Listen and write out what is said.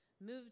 moved